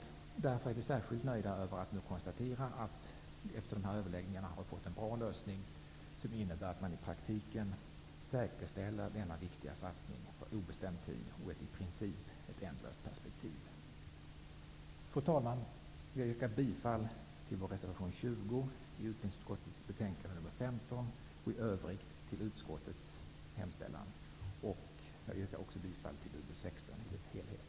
Således är vi särskilt nöjda med att vi nu kan konstatera att vi efter de överläggningar som varit har fått en bra lösning, innebärande att man i praktiken säkerställer denna viktiga satsning på obestämd tid och i ett i princip ändlöst perspektiv. Fru talman! Jag yrkar bifall till reservation 20, som vi har avlämnat, i utbildningsutskottets betänkande nr 15 och i övrigt till utskottets hemställan. Vidare yrkar jag bifall till hemställan i utbildningsutskottets betänkande nr 16 i dess helhet.